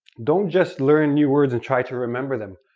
don't just learn new words and try to remember them.